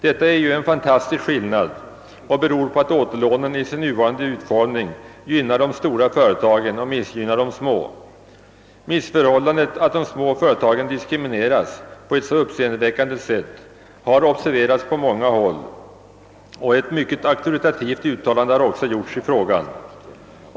Detta är ju en fantastisk skillnad och beror på att återlånen i sin nuvarande utformning gynnar de stora företagen och missgynnar de små. Missförhållandet att de små företagen diskrimineras på ett så uppseendeväckande sätt har observerats på många håll, och ett mycket auktoritativt uttalande har också gjorts i frågan.